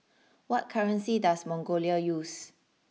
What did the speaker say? what currency does Mongolia use